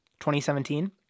2017